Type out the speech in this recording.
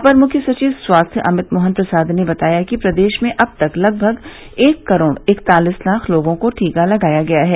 अपर मुख्य सचिव स्वास्थ्य अमित मोहन प्रसाद ने बताया कि प्रदेश में अब तक लगभग एक करोड़ इकतालीस लाख लोगों को टीका लगाया गया है